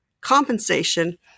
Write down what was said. compensation